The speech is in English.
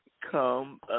come